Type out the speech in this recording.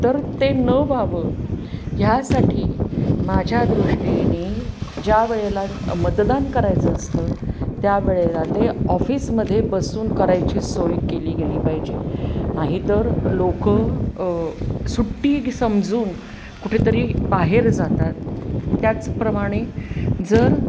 तर ते न व्हावं ह्यासाठी माझ्या दृष्टीने ज्या वेळेला मतदान करायचं असतं त्यावेळेला ते ऑफिसमध्ये बसून करायची सोय केली गेली पाहिजे नाहीतर लोक सुट्टी समजून कुठेतरी बाहेर जातात त्याचप्रमाणे जर